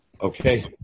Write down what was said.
Okay